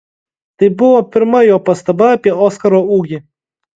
tai buvo pirma jo pastaba apie oskaro ūgį